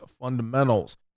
fundamentals